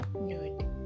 nude